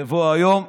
בבוא היום,